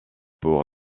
pour